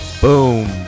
boom